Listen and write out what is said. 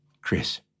Chris